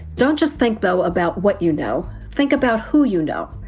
don't just think, though, about what you know. think about who you know.